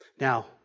Now